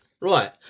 Right